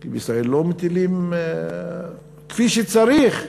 כי בישראל לא מטילים, כפי שצריך,